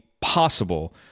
possible